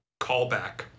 callback